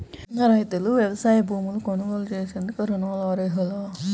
చిన్న రైతులు వ్యవసాయ భూములు కొనుగోలు చేసేందుకు రుణాలకు అర్హులా?